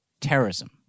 terrorism